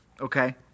okay